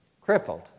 Crippled